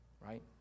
right